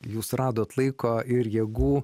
jūs radot laiko ir jėgų